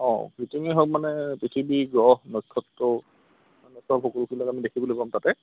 অঁ হওঁক মানে পৃথিৱীৰ গ্ৰহ নক্ষত্ৰও আমি দেখিবলৈ পাম তাতে